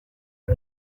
uyu